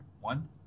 one